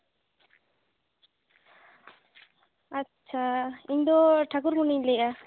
ᱟᱪᱪᱷᱟ ᱤᱧ ᱫᱚ ᱴᱷᱟᱠᱩᱨ ᱢᱚᱱᱤᱧ ᱞᱟᱹᱭ ᱮᱜᱟ